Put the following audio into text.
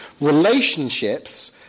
Relationships